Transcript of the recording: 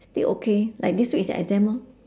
still okay like this week is their exam lor